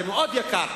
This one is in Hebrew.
זה מאוד יקר.